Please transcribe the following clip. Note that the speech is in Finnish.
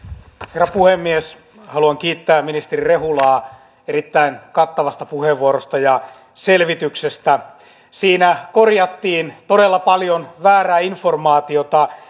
herra puhemies haluan kiittää ministeri rehulaa erittäin kattavasta puheenvuorosta ja selvityksestä siinä korjattiin todella paljon väärää informaatiota